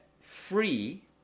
free